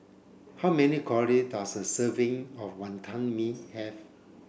how many calorie does a serving of Wantan Mee have